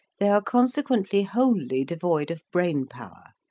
they are consequently wholly devoid of brain-power,